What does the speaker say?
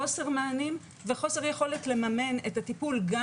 חוסר מענים וחוסר יכולת לממן את הטיפול גם